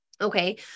okay